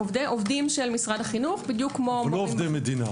לא עובדי מדינה.